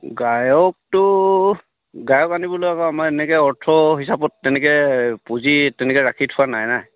গায়কটো গায়ক আনিবলৈ আকৌ আমাৰ এনেকৈ অৰ্থ হিচাপত তেনেকৈ পুঁজি তেনেকৈ ৰাখি থোৱা নাইনে